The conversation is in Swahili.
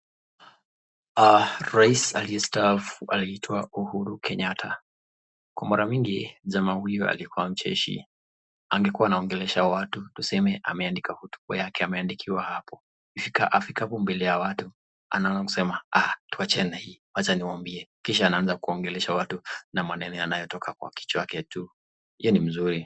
Ah rais aliyestaafu aliitwa Uhuru Kenyatta. Kwa mara mingi jamaa huyu alikuwa mcheshi. Angekuwa anaongelesha watu, tuseme ameandika hotuba yake ameandikiwa hapo. Akifika hapo mbele ya watu, ana anzakusema , Ah, tuachane na hii. Wacha nimwambie." Kisha anaanza kuongelesha watu na maneno yanayotoka kwa kichwa yake tu. Hiyo ni mzuri.